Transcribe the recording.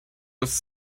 his